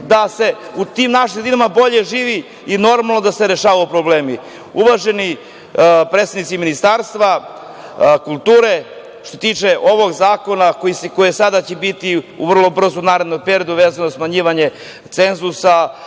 da se u tim našim sredinama bolje živi i normalno da se rešavaju problemi. Uvaženi predstavnici Ministarstva kulture, što se tiče ovog zakona koji će biti vrlo brzo u narednom periodu, vezano za smanjivanje cenzusa,